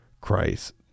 Christ